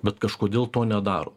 bet kažkodėl to nedaro